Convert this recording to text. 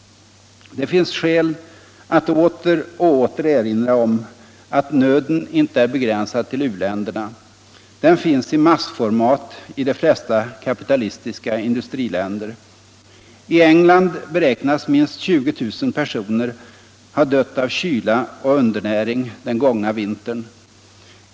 Det finns skäl att åter och åter erinra om att nöden inte är begränsad till u-länderna. Den finns i massformat i de flesta kapitalistiska industriländer. I England beräknas minst 20 000 personer ha dött av kyla och undernäring den gångna vintern.